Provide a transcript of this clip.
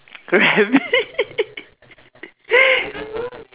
like a rabbit